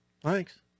thanks